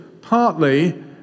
partly